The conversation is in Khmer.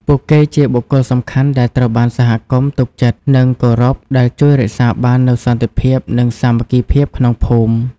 ពួកគេជាបុគ្គលសំខាន់ដែលត្រូវបានសហគមន៍ទុកចិត្ត និងគោរព ដែលជួយរក្សាបាននូវសន្តិភាព និងសាមគ្គីភាពក្នុងភូមិ។